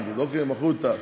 נגיד מכרו את תע"ש,